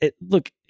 look